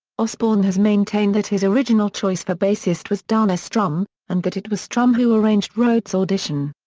osbourne has maintained that his original choice for bassist was dana strum, and that it was strum who arranged rhoads' audition.